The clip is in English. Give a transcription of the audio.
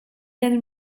then